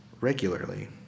regularly